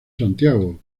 santiago